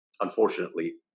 unfortunately